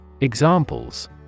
Examples